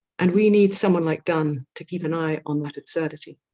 and we need someone like donne to keep an eye on that absurdity.